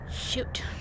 Shoot